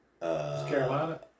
Carolina